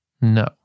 No